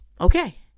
Okay